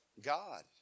god